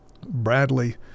Bradley